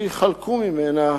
יחלקו ממנה